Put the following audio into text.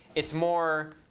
it's more,